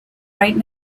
right